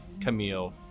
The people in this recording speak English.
Camille